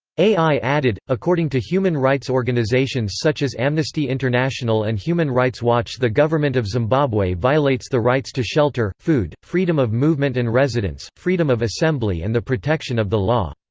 ai added according to human rights organisations such as amnesty international and human rights watch the government of zimbabwe violates the rights to shelter, food, freedom of movement and residence, freedom of assembly and the protection of the law.